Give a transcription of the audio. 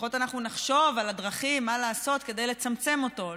לפחות נחשוב על הדרכים, מה לעשות כדי לצמצם אותו.